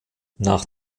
nach